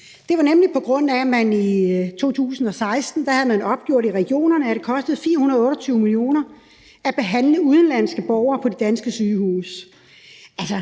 man nemlig, på grund af at man i 2016 i regionerne havde opgjort, at det kostede 428 mio. kr. at behandle udenlandske borgere på de danske sygehuse.